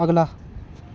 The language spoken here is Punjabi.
ਅਗਲਾ